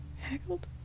Haggled